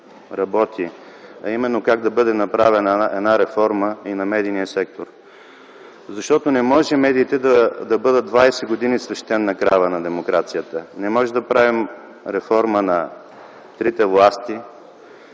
работи, а именно как да бъде направена една реформа и на медийния сектор. Не може медиите да бъде двадесет години „свещена крава” на демокрацията. Не може да правим реформа на трите власти